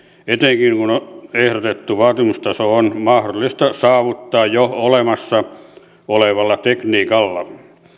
etenkin kun ehdotettu vaatimustaso on mahdollista saavuttaa jo olemassa olevalla tekniikalla